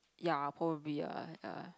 ya probably ah